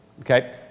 Okay